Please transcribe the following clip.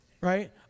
Right